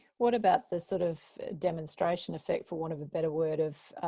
what about the sort of demonstration effect, for want of a better word, of